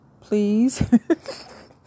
please